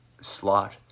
slot